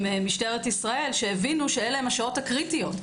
משטרת ישראל שהבינו שאלה השעות הקריטיות.